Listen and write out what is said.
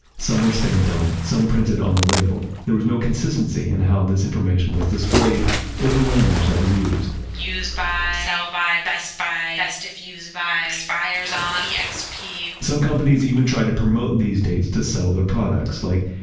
some were stamped on, some printed on the label. there was no consistency in how this information was displayed or the language that was used use-by, ah sell-by, best by, best if used by, expires on, exp. some companies even tried to promote these dates to sell their products like,